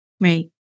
Right